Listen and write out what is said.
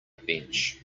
bench